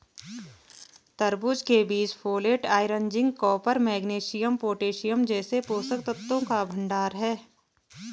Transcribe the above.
तरबूज के बीज folate, iron, zinc, copper, magnesium, potassium जैसे पोषक तत्वों का भंडार है